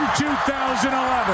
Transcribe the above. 2011